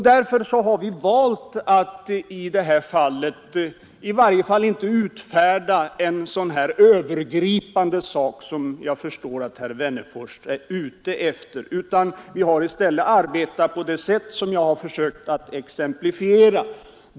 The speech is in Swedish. Därför har vi valt att i det här fallet inte utfärda en sådan övergripande publikation som jag förstår att herr Wennerfors är ute efter. Vi har i stället arbetat på det sätt som jag har försökt exemplifiera.